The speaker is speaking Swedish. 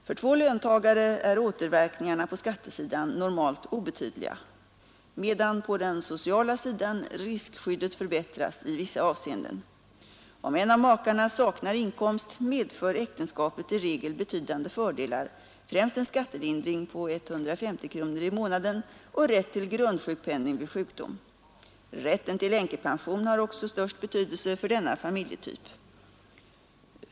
För två löntagare är återverkningarna på skattesidan normalt obetydliga, medan på den sociala sidan riskskyddet förbättras i vissa avseenden. Om en av makarna saknar inkomst medför äktenskapet i regel betydande fördelar, främst en skattelindring på 150 kronor i månaden och rätt till grundsjukpenning vid sjukdom. Rätten till änkepension har också störst betydelse för denna familjetyp.